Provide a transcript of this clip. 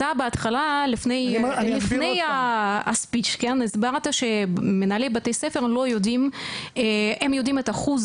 אתה בהתחלה לפני ה-speech הסברת שמנהלי בתי הספר יודעים את אחוז